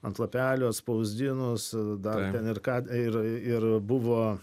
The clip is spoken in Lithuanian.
ant lapelio atspausdinus dar ten ir ką ir ir buvo